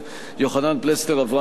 אברהם מיכאלי ויריב לוין,